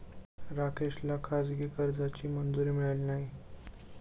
राकेशला खाजगी कर्जाची मंजुरी मिळाली नाही